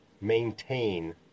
maintain